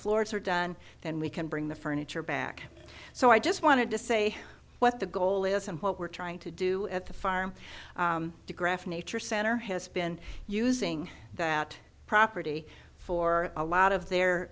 floors are done then we can bring the furniture back so i just wanted to say what the goal is and what we're trying to do at the farm digraph nature center has been using that property for a lot of their